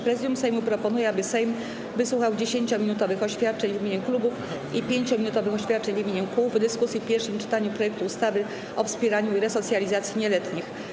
Prezydium Sejmu proponuje, aby Sejm wysłuchał 10-minutowych oświadczeń w imieniu klubów i 5-minutowych oświadczeń w imieniu kół w dyskusji w pierwszym czytaniu projektu ustawy o wspieraniu resocjalizacji nieletnich.